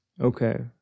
Okay